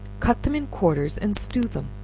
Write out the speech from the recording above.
cut them in quarters, and stew them,